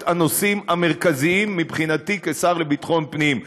הנושאים המרכזיים מבחינתי כשר לביטחון פנים.